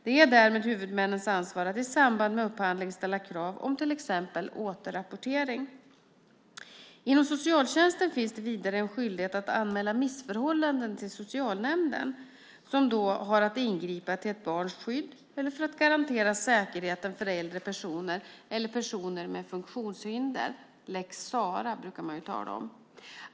Det är därmed huvudmännens ansvar att i samband med upphandling ställa krav om till exempel återrapportering. Inom socialtjänsten finns det vidare en skyldighet att anmäla missförhållanden till socialnämnden som då har att ingripa till ett barns skydd eller för att garantera säkerheten för äldre personer eller personer med funktionshinder. Lex Sarah brukar man tala om.